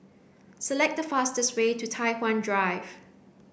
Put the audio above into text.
select the fastest way to Tai Hwan Drive